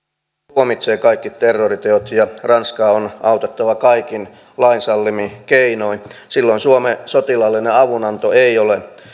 tuomitsee kaikki terroriteot ja ranskaa on autettava kaikin lain sallimin keinoin silloin suomen sotilaallinen avunanto ei ole